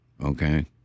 okay